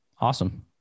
Awesome